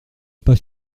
pas